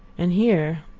and here,